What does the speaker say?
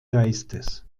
geistes